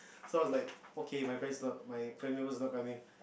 so I was like okay my parents not my family members' not coming